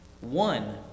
One